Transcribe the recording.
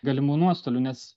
galimų nuostolių nes